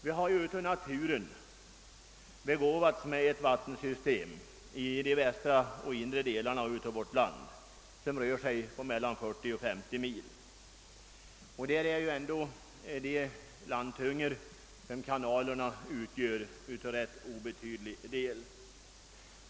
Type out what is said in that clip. Vi har av naturen begåvats med ett vattensystem, omfattande mellan 40 och 50 mil, i de västra och inre delarna i vårt land.